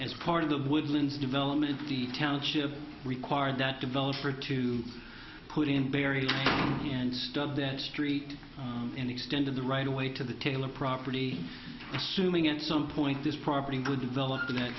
as part of the woodlands development the township required that developer to put in barry and stud that street and extended the right away to the taylor property assuming at some point this property good developer that